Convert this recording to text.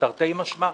תרתי משמע,